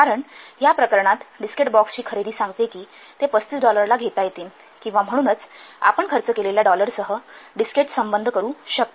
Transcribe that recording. कारण या प्रकरणात डिस्केट बॉक्सची खरेदी सांगते की ते पस्तीस डॉलरला घेता येईन आपण खर्च केलेल्या डॉलरसह डिस्केट्स संबन्ध करू शकता